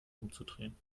umzudrehen